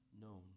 known